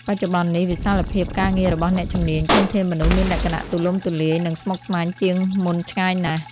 បច្ចុប្បន្ននេះ វិសាលភាពការងាររបស់អ្នកជំនាញ ធនធានមនុស្ស មានលក្ខណៈទូលំទូលាយ និងស្មុគស្មាញជាងមុនឆ្ងាយណាស់។